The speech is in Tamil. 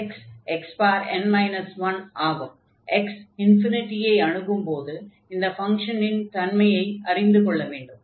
x ∞ ஐ அணுகும்போது இந்த ஃபங்ஷனின் தன்மையை அறிந்து கொள்ள வேண்டும்